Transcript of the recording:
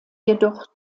jedoch